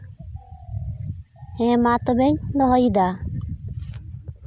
ᱦᱮᱸ ᱢᱟ ᱛᱚᱵᱮᱧ ᱫᱚᱦᱚᱭᱮᱫᱟ